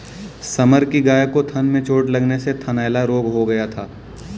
summer की गाय को थन में चोट लगने से थनैला रोग हो गया था